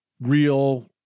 real